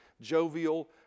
jovial